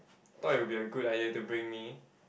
thought it would be a good idea to bring me